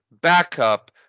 backup